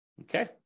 Okay